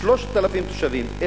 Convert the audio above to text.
3,000 תושבים,